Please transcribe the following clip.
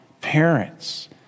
parents